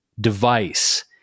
device